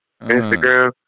Instagram